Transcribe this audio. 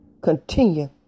continue